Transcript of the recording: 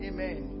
Amen